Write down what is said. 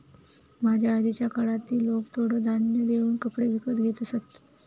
माझ्या आजीच्या काळात ती लोकं थोडं धान्य देऊन कपडे विकत घेत असत